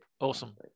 awesome